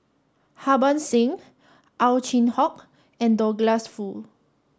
Harbans Singh Ow Chin Hock and Douglas Foo